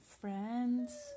friends